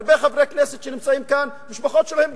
הרבה חברי כנסת שנמצאים כאן, משפחות שלהם גורשו.